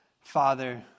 Father